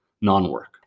non-work